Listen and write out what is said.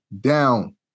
down